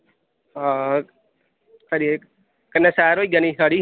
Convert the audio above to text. हां खरी कन्नै सैर होई जानी साढ़ी